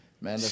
Man